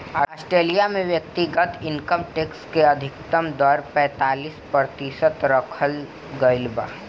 Australia में व्यक्तिगत income tax के अधिकतम दर पैतालीस प्रतिशत रखल गईल बा